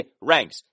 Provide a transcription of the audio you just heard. ranks